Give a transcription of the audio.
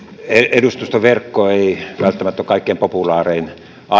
edustustoverkko ei välttämättä ole kaikkein populaarein aihe mutta